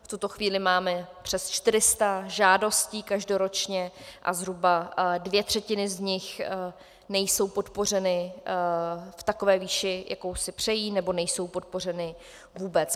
V tuto chvíli máme přes 400 žádostí každoročně a zhruba dvě třetiny z nich nejsou podpořeny v takové výši, jakou si přejí, nebo nejsou podpořeny vůbec.